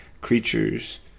creatures